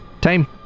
Time